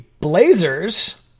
Blazers